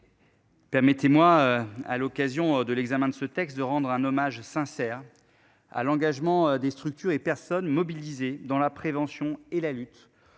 Permettez-moi, à l'occasion de l'examen de ce texte de rendre un hommage sincère à l'engagement des structures et personnes mobilisées dans la prévention et la lutte